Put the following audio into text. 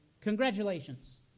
Congratulations